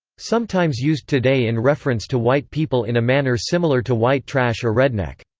sometimes used today in reference to white people in a manner similar to white trash or redneck.